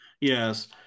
Yes